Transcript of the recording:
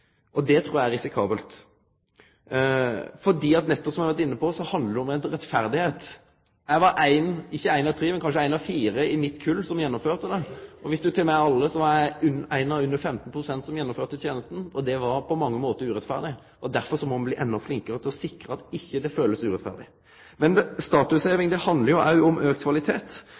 Det trur eg er risikabelt. For som eg har vore inne på, handlar det om rettferd. Eg var ikkje éin av tre, men kanskje éin av fire, i mitt kull som gjennomførte tenesta. Viss ein tek med alle, var eg éin av under 15 pst. som gjennomførte tenesta, og det var på mange måtar urettferdig. Derfor må me bli endå flinkare til å sikre at det ikkje kjennest urettferdig. Men statusheving handlar også om auka kvalitet,